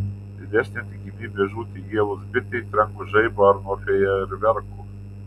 didesnė tikimybė žūti įgėlus bitei trenkus žaibui ar nuo fejerverkų